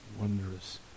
wondrous